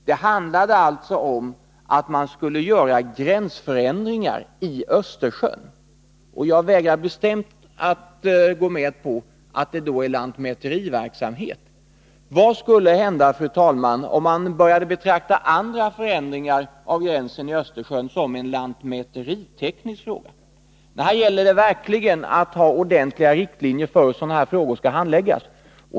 Det handlar alltså om en gränsförändring i Östersjön. Jag vägrar bestämt att gå med på att det är fråga om lantmäteriverksamhet. Vad skulle hända, fru talman, om man började betrakta andra förändringar av gränsen i Östersjön som en lantmäteriteknisk fråga? Här gäller det verkligen att ha ordentliga riktlinjer för hur sådana här frågor skall handläggas.